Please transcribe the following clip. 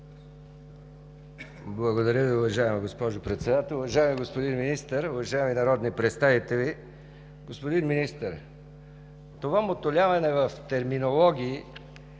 Благодаря Ви, уважаема госпожо Председател. Уважаеми господин Министър, уважаеми народни представители! Господин Министър, това мотолевене в терминологии